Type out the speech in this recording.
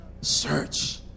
Search